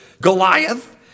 Goliath